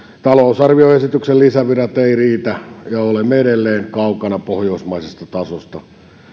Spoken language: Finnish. talousarvioesityksen lisävirat eivät riitä ja olemme edelleen kaukana pohjoismaisesta tasosta